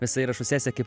visa įrašų sesija kaip